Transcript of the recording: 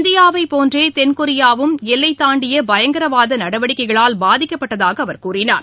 இந்தியாவைப் போன்றே தென்கொரியாவும் எல்லை தாண்டிய பயங்கரவாத நடவடிக்கைகளால் பாதிக்கப்பட்டதாக அவர் கூறினார்